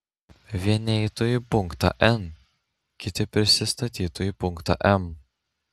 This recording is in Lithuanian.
vieni eitų į punktą n kiti prisistatytų į punktą m